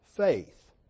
faith